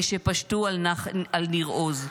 כשפשטו על ניר עוז,